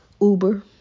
Uber